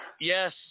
yes